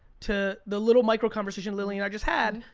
to the little micro-conversation lilly and i just had,